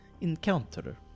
encounter